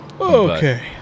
Okay